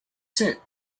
sent